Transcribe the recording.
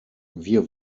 wir